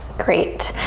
great,